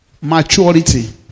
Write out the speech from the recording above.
Maturity